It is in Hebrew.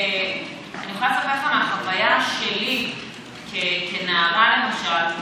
ואני יכולה לספר לך מהחוויה שלי כנערה, למשל,